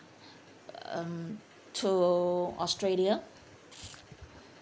um to australia